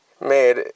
made